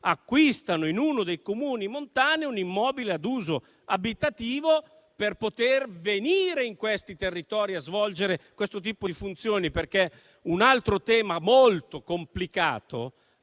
acquistano in uno dei Comuni montani un immobile ad uso abitativo, per poter venire in quei territori a svolgere quel tipo di funzioni. Un altro tema molto complicato